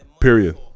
period